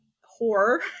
horror